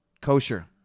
Kosher